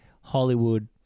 Hollywood